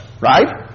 right